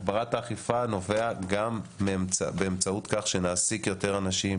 הגברת האכיפה נובעת גם באמצעות כך שנעסיק יותר אנשים,